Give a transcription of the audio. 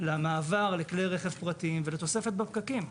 למעבר לכלי רכב פרטיים ולתוספת בפקקים.